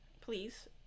please